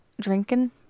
drinking